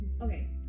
okay